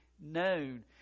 known